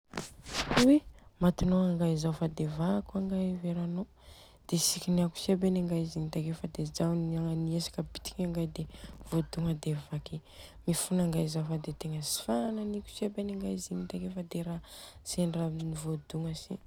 Oiii Matinô angay zaho fa dia vakiko angay i veranô. De tsy kiniako si any angay izy in takeo fa de zaho nihetsika bitika in angay de vôdogna de vaky. Mifona angay zaho fa de tegna tsy fananiko si aby any angay izy in takeo fa vôdogna si.